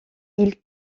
ils